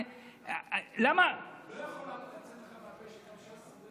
לא יכול לצאת לך מהפה שגם ש"ס צודקת.